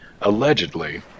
Allegedly